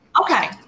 Okay